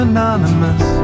Anonymous